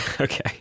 okay